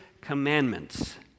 commandments